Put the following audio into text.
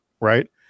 Right